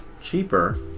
cheaper